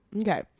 Okay